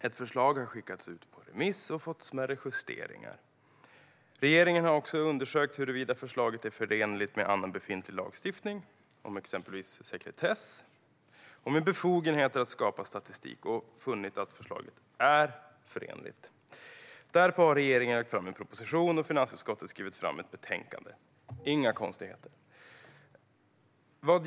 Ett förslag har skickats ut på remiss och fått smärre justeringar. Regeringen har också undersökt huruvida förslaget är förenligt med annan befintlig lagstiftning om exempelvis sekretess och med befogenheter att skapa statistik och funnit att så är fallet. Därpå har regeringen lagt fram en proposition och finansutskottet skrivit fram ett betänkande. Inga konstigheter!